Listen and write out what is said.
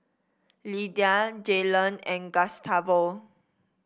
Lydia Jaylon and Gustavo